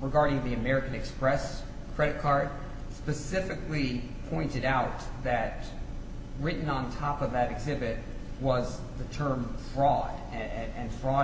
regarding the american express credit card specific we pointed out that written on top of that exhibit was the term fraud and fraud